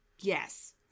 Yes